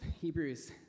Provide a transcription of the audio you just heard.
Hebrews